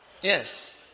Yes